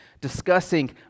discussing